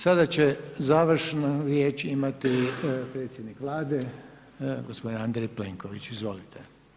Sada će završnu riječ imati predsjednik Vlade, gospodin Andrej Plenković, izvolite.